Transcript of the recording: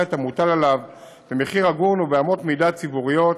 את המוטל עליו במחיר הגון ובאמות מידה ציבוריות,